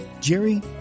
Jerry